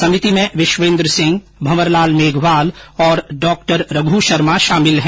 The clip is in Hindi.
समिति में विश्वेन्द्र सिंह भंवरलाल मेघवाल और डॉ रघु शर्मा शामिल है